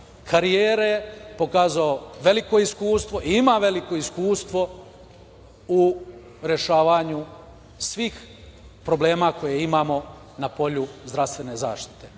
karijere pokazao veliko iskustvo i ima veliko iskustvo u rešavanju svih problema koje imamo na polju zdravstvene zaštite. Moram